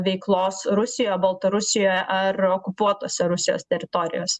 veiklos rusijoj baltarusijoje ar okupuotose rusijos teritorijos